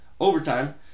Overtime